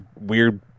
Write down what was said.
weird